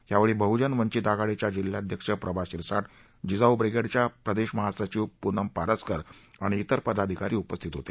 यावेळी बहुजन वंचित आघाडीच्या जिल्हाध्यक्ष प्रभा शिरसाठ जिजाऊ ब्रिगेडच्या प्रदेश महासचिव पूनम पारस्कर आणि जेर पदाधिकारी उपस्थित होते